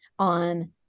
on